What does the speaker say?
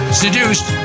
seduced